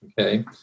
Okay